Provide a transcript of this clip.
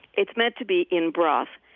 it's meant to be in broth.